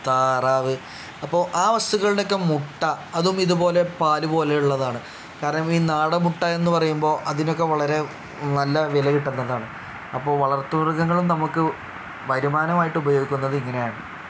താറാവ് അപ്പോൾ ആ വസ്തുക്കളുടെ ഒക്കെ മുട്ട അതും ഇതുപോലെ പാൽ പോലെ ഉള്ളതാണ് കാരണം ഈ നാടൻ മുട്ട എന്ന് പറയുമ്പോൾ അതിനൊക്കെ വളരെ നല്ല വില കിട്ടുന്നതാണ് അപ്പോൾ വളർത്തുമൃഗങ്ങളും നമുക്ക് വരുമാനമായിട്ട് ഉപയോഗിക്കുന്നത് ഇങ്ങനെയാണ്